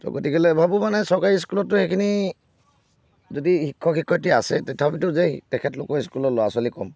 ত' গতিকেলৈ ভাবোঁ মানে চৰকাৰী স্কুলতটো সেইখিনি যদি শিক্ষক শিক্ষয়ত্ৰী আছে তেতিয়াহ'লেতো যে তেখেতলোকৰ স্কুলৰ ল'ৰা ছোৱালী কম